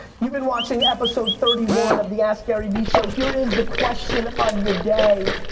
you've been watching episode thirty one of the askgaryvee show. here is the question of the day.